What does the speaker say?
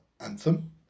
Anthem